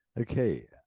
Okay